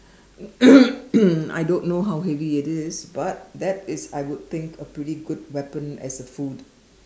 I don't know how heavy it is but that is I would think a pretty good weapon as a food